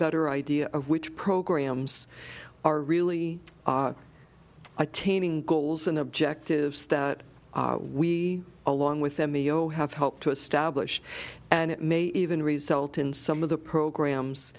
better idea of which programs are really attaining goals and objectives that we along with them e o have helped to establish and it may even result in some of the programs